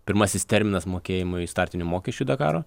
pirmasis terminas mokėjimui startinių mokesčių dakaro